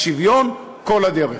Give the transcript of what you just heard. אז שוויון, כל הדרך.